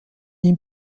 ihm